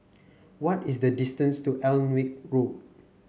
what is the distance to Alnwick Road